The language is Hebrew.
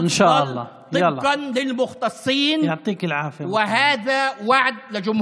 רע"מ ווליד שמו בחוק סעיפים שאנו רואים בהם צדדים